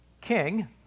king